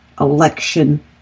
election